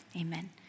amen